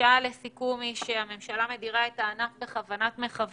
התחושה היא שהממשלה מדירה את הענף בכוונת מכוון.